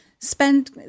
spend